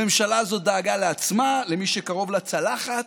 הממשלה הזאת דאגה לעצמה, למי שקרוב לצלחת.